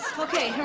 okay,